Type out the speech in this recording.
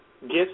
gifts